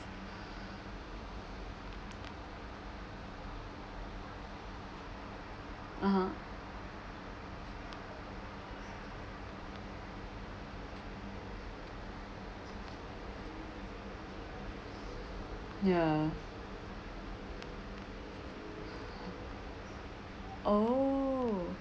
(uh huh) ya oh